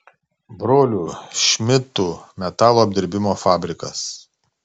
brolių šmidtų metalo apdirbimo fabrikas